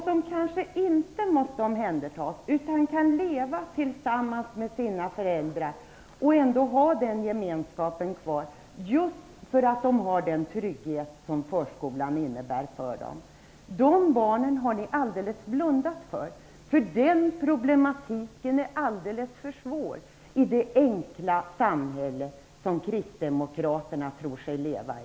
De kanske inte måste omhändertas utan kan leva tillsammans med sina föräldrar just för att de har den trygghet som förskolan innebär för dem. De barnen har ni helt blundat för. Det problemet är alldeles för svårt i det enkla samhälle som kristdemokraterna tror sig leva i.